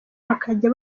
bakajya